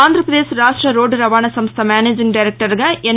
ఆంధ్రప్రదేశ్ రాష్ట్ర రోడ్ట రవాణా సంస్థ మేనేజింగ్ డైరెక్టర్గా ఎన్